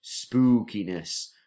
spookiness